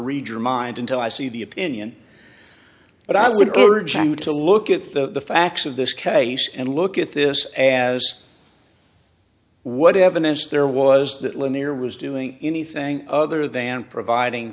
read your mind until i see the opinion but i would urge you to look at the facts of this case and look at this as what evidence there was that lanier was doing anything other than providing